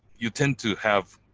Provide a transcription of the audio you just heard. you tend to have